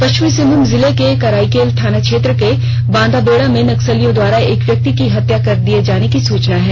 पश्चिमी सिंहभूम जिले के कराइकेला थाना क्षेत्र के बांदाबेड़ा में नक्सलियों द्वारा एक व्यक्ति की हत्या कर दिए जाने की सूचना है